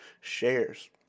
shares